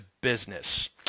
business